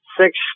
six